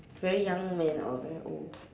very young man or very old